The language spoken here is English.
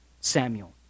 Samuel